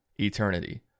eternity